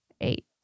eight